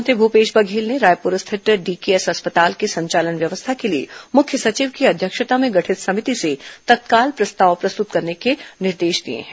मुख्यमंत्री भूपेश बघेल ने रायपुर स्थित डीकेएस अस्पताल के संचालन व्यवस्था के लिए मुख्य सचिव की अध्यक्षता में गठित समिति से तत्काल प्रस्ताव प्रस्तुत करने के निर्देश दिए हैं